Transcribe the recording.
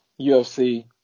UFC